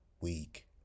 week